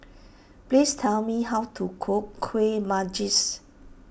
please tell me how to cook Kuih Manggis